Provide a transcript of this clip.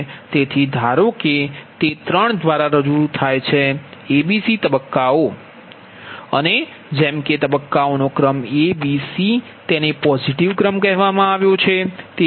તેથી ધારો કે તે ત્રણ દ્વારા રજૂ થાય છે a b c તબક્કાઓ અને જેમ કે તબક્કો ક્રમ a b c ને સકારાત્મક ક્રમ કહેવામાં આવે છે